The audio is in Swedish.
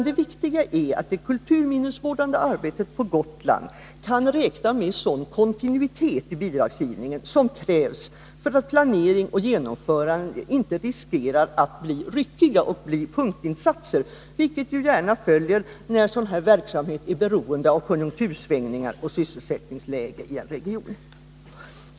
Det viktiga är att det kulturminnesvårdande arbetet på Gotland kan räkna med en sådan kontinuitet i bidragsgivningen som krävs för att planering och genomförande inte skall riskera att bli ryckiga och få karaktär av punktinsatser, vilket gärna följer när verksamhet av detta slag blir beroende av konjunktursvängningar och sysselsättningsläget i en region.